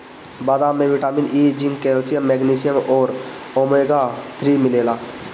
बदाम में vitamin E, zinc, calcium, magnesium अउरी ओमेगा थ्री मिलेला